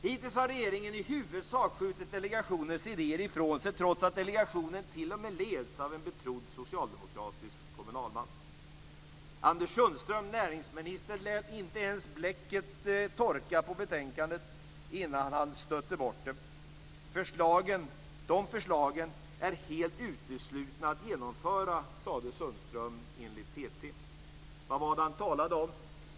Hittills har regeringen i huvudsak skjutit delegationens idéer ifrån sig trots att delegationen t.o.m. leds av en betrodd socialdemokratisk kommunalman. Näringsminister Anders Sundström lät inte ens bläcket i betänkandet torka innan han stötte bort det. De förslagen är helt uteslutna att genomföra, sade Anders Sundström enligt TT. Vad var det han talade om?